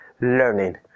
learning